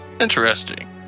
Interesting